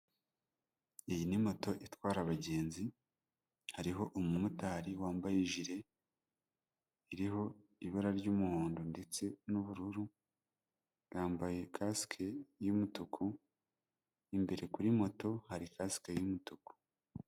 Iyi ni moto itwara abagenzi, hariho umumotari wambaye ijire iriho ibara ry'umuhondo ndetse n'ubururu, yambaye kasike y'umutuku, imbere kuri moto hari kasike y'umutuku.